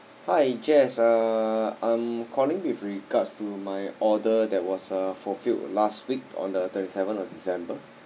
hi jess uh I'm calling with regards to my order that was uh fulfilled last week on the twenty seventh of december